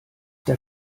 der